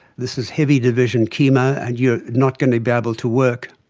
this is heavy division chemo and you are not going to be able to work.